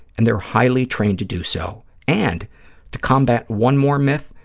and they're highly trained to do so. and to combat one more myth,